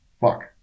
Fuck